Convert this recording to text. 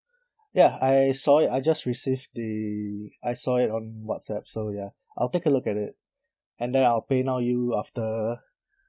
ya I saw it I just received the I saw it on whatsapp so ya I'll take a look at it and then I'll paynow you after